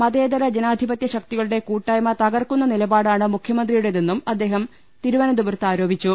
മതേതര ജനാ ധിപത്യ ശക്തികളുടെ കൂട്ടായ്മ തകർക്കുന്ന നിലപാടാണ് മുഖ്യമ ന്ത്രിയുടേതെന്നും അദ്ദേഹം തിരുവ്വനന്തപുരത്ത് ആരോപിച്ചു